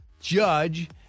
judge